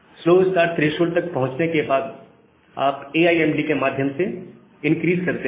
slow start threshold तक पहुंचने के बाद आप ए आई एम डी के माध्यम से इनक्रीस करते हैं